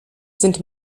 sind